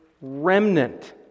remnant